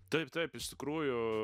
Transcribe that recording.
taip taip iš tikrųjų